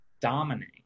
dominate